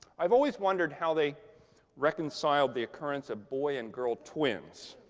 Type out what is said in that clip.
i've always wondered how they reconciled the occurrence of boy and girl twins.